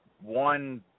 one